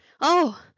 Oh